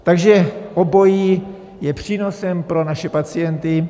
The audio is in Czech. Takže obojí je přínosem pro naše pacienty.